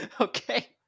Okay